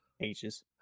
ages